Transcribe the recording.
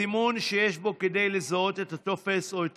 סימון שיש בו כדי לזהות את הטופס או את